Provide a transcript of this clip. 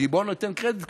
כי בוא ניתן קרדיט כשצריך.